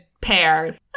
pair